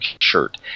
shirt